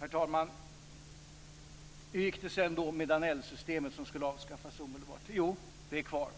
Herr talman! Hur gick det då med Danellsystemet, som skulle avskaffas omedelbart? Jo, det är kvar.